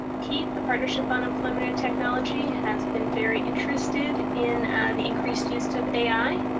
peat, the partnership on employment and technology, has been very interested in the increased use of ai.